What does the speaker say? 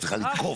את צריכה לתקוף.